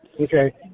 Okay